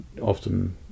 often